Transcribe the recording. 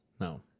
No